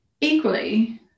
Equally